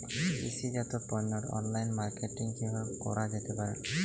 কৃষিজাত পণ্যের online marketing কিভাবে করা যেতে পারে?